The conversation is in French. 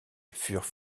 furent